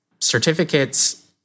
certificates